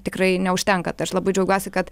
tikrai neužtenka tai aš labai džiaugiuosi kad